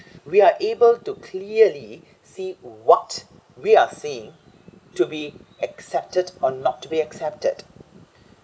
we are able to clearly see what we are saying to be accepted or not to be accepted